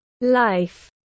life